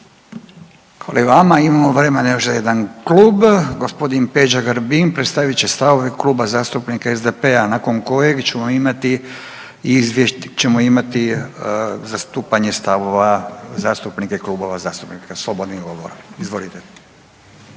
Hvala i vama. Imamo vremena za još jedan Klub. Gospodin Peđa Grbin predstavit će stavove Kluba zastupnika SDP-a nakon kojeg ćemo imati zastupanje stavova zastupnika Klubova zastupnika, slobodni govor. Izvolite.